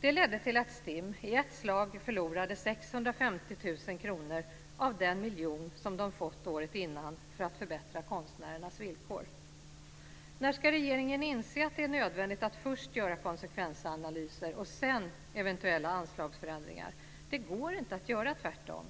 Det ledde till att STIM i ett slag förlorade 650 000 kr av den miljon som det hade fått året innan för att förbättra konstnärernas villkor. När ska regeringen inse att det är nödvändigt att först göra konsekvensanalyser och sedan eventuella anslagsförändringar? Det går inte att göra tvärtom.